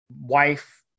wife